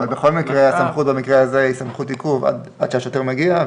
אבל בכל מקרה הסמכות במקרה הזה היא סמכות עיכוב עד שהשוטר מגיע,